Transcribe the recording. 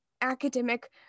academic